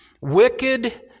wicked